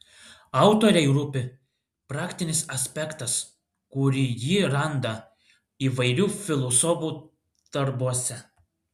autorei rūpi praktinis aspektas kurį ji randa įvairių filosofų darbuose